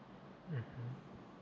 mmhmm